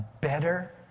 better